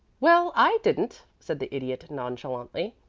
well, i didn't, said the idiot, nonchalantly.